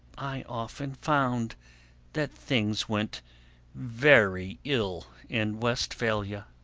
i often found that things went very ill in westphalia.